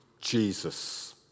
Jesus